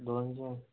दोनशे